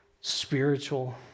spiritual